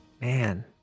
man